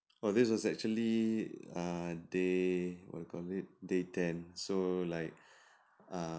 oh this was actually err day what you call it day ten so like err